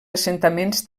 assentaments